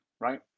right